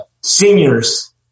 seniors